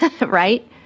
right